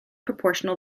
proportional